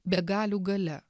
begalių galia